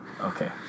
Okay